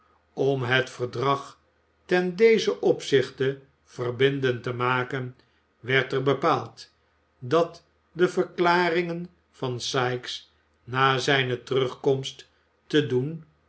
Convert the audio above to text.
om het verdrag ten dezen opzichte verbindend te maken werd er bepaald dat de verklaringen van sikes na zijne terugkomst te doen